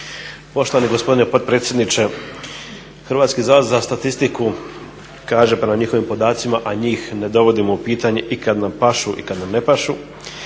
Poštovani gospodine potpredsjedniče, Hrvatski zavod za statistiku kaže prema njihovim podacima, a njih ne dovodimo u pitanje i kada nam pašu i kada nam ne pašu